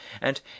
and